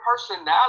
personality